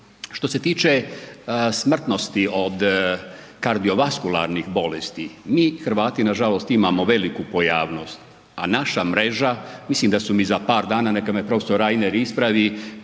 Što se tiče smrtnosti od kardiovaskularnih bolesti, mi Hrvati nažalost imamo veliku pojavnost a naša mreža, mislim da su mi za par dana, neka me prof. Reiner ispravi,